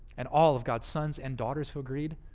and all of god's sons and daughters who agreed,